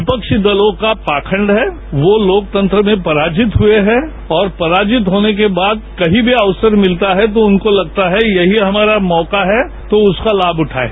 विफ्की दलों का पाखंड है वो लोकतंत्र में पराजित हुए हैं और पराजित होने के बाद कहीं भी अवसर मिलता है तो उनको लगता है कि यही हमारा मौका है तो उसका लाम उठाएं